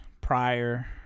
prior